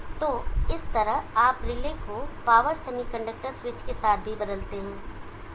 तो इस तरह आप रिले को पावर सेमीकंडक्टर्स स्विच के साथ भी बदलते हैं